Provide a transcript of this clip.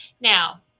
now